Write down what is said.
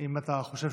אם אתה חושב